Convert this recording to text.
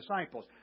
disciples